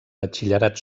batxillerat